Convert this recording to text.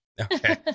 Okay